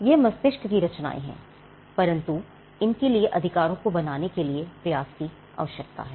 यह मस्तिष्क की रचनाएं हैं परंतु इनके लिए अधिकारों को बनाने के लिए प्रयास की आवश्यकता है